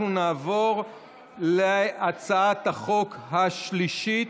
אנחנו נעבור להצעת החוק השלישית,